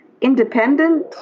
independent